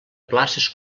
places